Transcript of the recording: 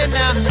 now